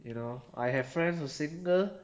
you know I have friends who single